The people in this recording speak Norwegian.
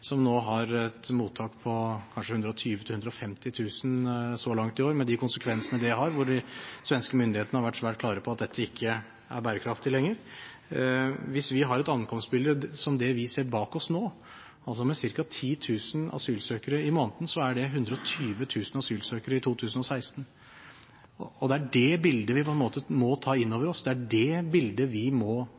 nå har et mottak på kanskje 120 000–150 000 så langt i år, med de konsekvensene det har, hvor de svenske myndighetene har vært svært klare på at dette ikke er bærekraftig lenger. Hvis vi har et ankomstbilde som det vi ser bak oss nå, altså med ca. 10 000 asylsøkere i måneden, så er det 120 000 asylsøkere i 2016. Det er det bildet vi på en måte må ta inn over oss, det er det bildet vi må